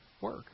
work